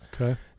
Okay